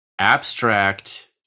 abstract